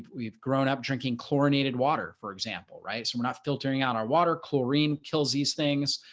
we've grown up drinking chlorinated water, for example, right, so we're not filtering out our water, chlorine kills these things.